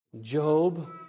Job